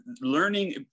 learning